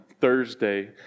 Thursday